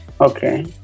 Okay